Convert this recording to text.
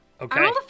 Okay